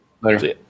Later